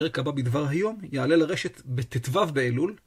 הרקע הבא בדבר היום יעלה לרשת בט״ו באלול.